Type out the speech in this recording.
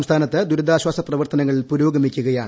സംസ്ഥാനത്ത് ദുരിതാശ്വാസപ്രവർത്തനങ്ങൾ പുരോഗമിക്കുകയാണ്